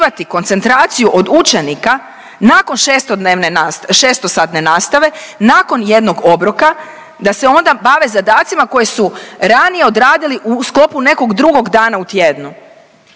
.../nerazumljivo/... šestosatne nastave, nakon jednog obroka, da se onda bave zadacima koji su ranije odradili u sklopu nekog drugog dana u tjednu.